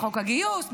חוק הגיוס,